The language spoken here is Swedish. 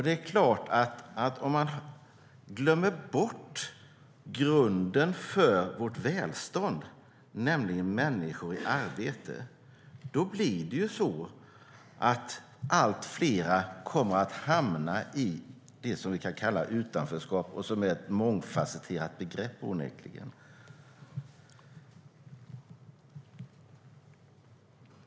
Det är klart att om man glömmer bort grunden för vårt välstånd, nämligen människor i arbete, kommer allt fler att hamna i det vi kan kalla utanförskap, som onekligen är ett mångfasetterat begrepp.